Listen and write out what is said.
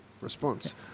response